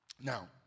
Now